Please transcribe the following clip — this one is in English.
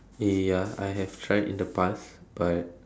ya I have tried in the past but